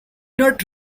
not